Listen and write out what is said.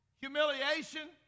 humiliation